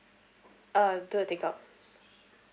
uh do a take out